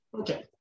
okay